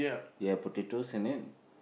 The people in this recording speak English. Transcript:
you have potatoes in it